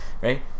right